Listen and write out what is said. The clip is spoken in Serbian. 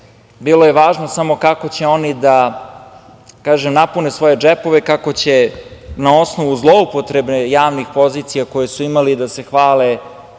bilo je važno samo kako će oni da napune svoje džepove, kako će na osnovu zloupotrebe javnih pozicija koje su imali da se hvale